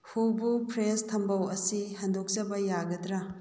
ꯍꯨꯚꯨ fresh ꯊꯝꯕꯧ ꯑꯁꯤ ꯍꯟꯗꯣꯛꯆꯕ ꯌꯥꯒꯗ꯭ꯔꯥ